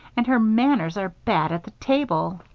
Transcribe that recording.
and her manners are bad at the table.